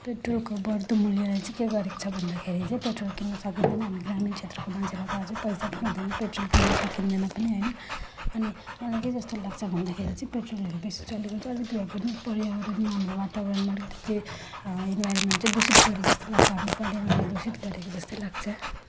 पेट्रोलको बढ्दो मूल्यलाई चाहिँ के गरेको छ भन्दाखेरि चाहिँ पेट्रोल किन्न सकिँदैन हामीले ग्रामीण क्षेत्रको मान्छेलाई त अझै पैसा पनि हुँदैन पेट्रोल किन्न सकिँदैन पनि हैन अनि मलाई के जस्तो लाग्छ भन्दाखेरि चाहिँ पेट्रोलहरू बेसी चलेको चाहिँ अलिकति भए पनि पर्यावरणमा वातावरणमा अलिकति इनभायरोन्मेन्ट चाहिँ दूषित गऱ्यो जस्तो लाग्छ आफ्नो पर्यावरण दूषित गरेको जस्तो लाग्छ